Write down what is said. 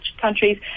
countries